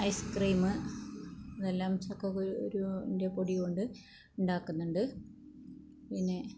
ice cream ഇതെല്ലം ചക്കക്കുരുൻ്റെ പൊടികൊണ്ട് ഉണ്ടാക്കുന്നുണ്ട് പിന്നെ